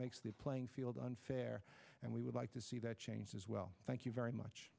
makes the playing field unfair and we would like to see that changed as well thank you very much